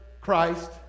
Christ